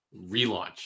relaunch